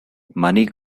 money